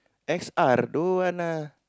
X_R don't want lah